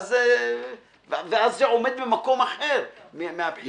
ואז זה עומד במקום אחר מהבחינה הזו.